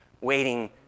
waiting